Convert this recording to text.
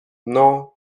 non